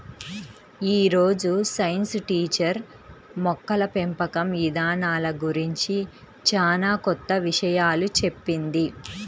యీ రోజు science teacher మొక్కల పెంపకం ఇదానాల గురించి చానా కొత్త విషయాలు చెప్పింది